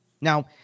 Now